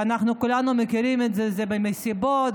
וכולנו מכירים את זה זה במסיבות,